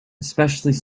especially